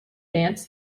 dance